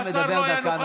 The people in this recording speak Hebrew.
השר לא היה נוכח,